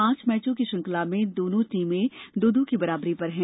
पांच मैचों की श्रृंखला में दोनों टीमें दो दो की बराबरी पर हैं